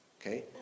Okay